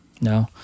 no